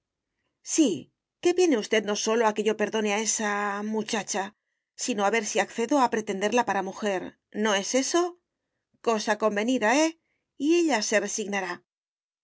que viene usted no sólo a que yo perdone a esa muchacha sino a ver si accedo a pretenderla para mujer no es eso cosa convenida eh y ella se resignará